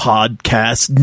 Podcast